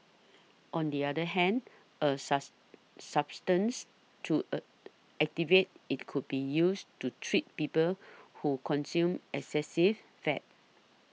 on the other hand a suss substance to a activate it could be used to treat people who consume excessive fat